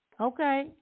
Okay